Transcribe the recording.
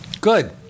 Good